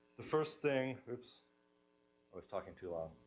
the first thing oops. i was talking too loud.